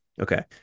Okay